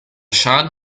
schaden